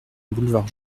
boulevard